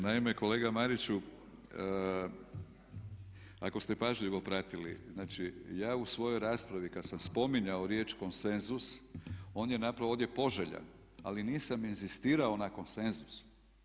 Naime, kolega Mariću ako ste pažljivo pratili, znači ja u svojoj raspravi kada sam spominjao riječ konsenzus, on je napravo ovdje poželjan, ali nisam inzistirao na konsenzusu.